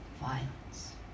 violence